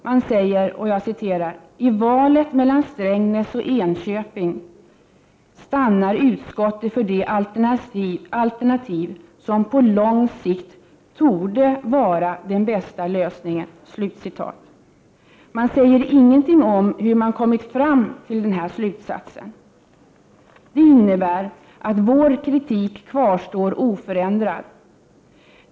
Utskottet säger: ”I valet mellan Strängnäs och Enköping stannar utskottet för det alternativ som på lång sikt torde vara den bästa lösningen.” Man säger ingenting om hur man har kommit fram till denna slutsats. Det innebär att vår kritik kvarstår oförändrad.